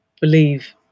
believe